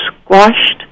squashed